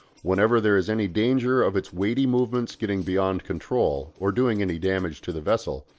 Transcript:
whenever there is any danger of its weighty movements getting beyond control or doing any damage to the vessel,